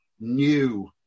new